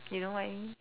you know what I mean